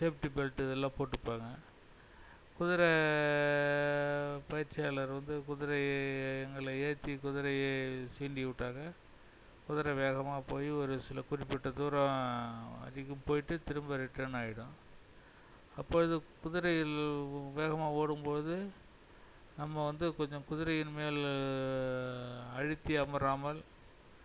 safety belt இதெல்லாம் போட்டுப்பாங்க குதிரை பயிற்சியாளர் வந்து குதிரையை எங்களை ஏற்றி குதிரையை சீண்டி விட்டாங்க குதிரை வேகமாக போய் ஒரு சில குறிப்பிட்ட தூரம் வரைக்கும் போயிட்டு திரும்ப ரிட்டனாகிடும் அப்பொழுது குதிரைகள் வேகமாக ஓடும் பொழுது நம்ப வந்து கொஞ்சம் குதிரையின் மேல் அழுத்தி அமராமல்